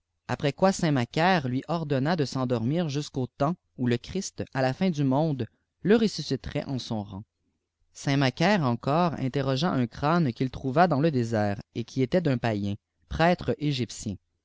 après quoi saint macaire lui ordonna de s'endormir jusqu'au tmj où le christ à la fin au monde le ressusciterait en son'rang i f saint macaire encore interrogea un crâne qu'il tfcuva danib le désert et qui était d'un païen prêtre